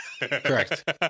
Correct